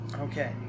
Okay